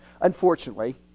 Unfortunately